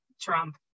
Trump